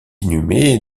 inhumé